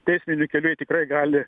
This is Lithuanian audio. teisminiu keliu jie tikrai gali